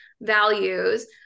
values